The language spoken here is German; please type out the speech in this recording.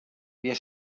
wir